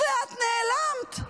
ואת נעלמת.